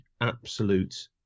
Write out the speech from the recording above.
absolute